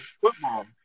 football